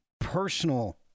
Personal